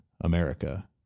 America